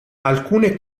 alcune